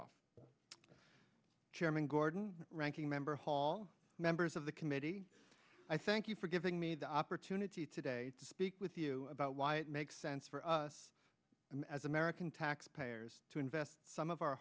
off chairman gordon ranking member hall members of the committee i thank you for giving me the opportunity today to speak with you about why it makes sense for us as american taxpayers to invest some of our